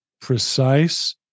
precise